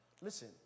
Listen